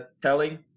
telling